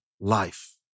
life